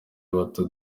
bato